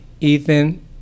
Ethan